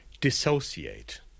dissociate